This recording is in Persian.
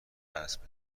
اسب